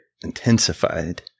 intensified